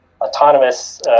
autonomous